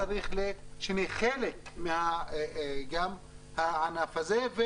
יש צורך שנהיה חלק גם מהענף הזה.